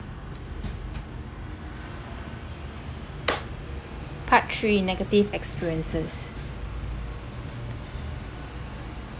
part three negative experiences